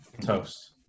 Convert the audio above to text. toast